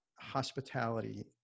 hospitality